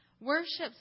worships